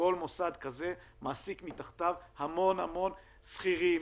מוסד כזה מעסיק מתחתיו המון שכירים,